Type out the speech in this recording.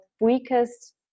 weakest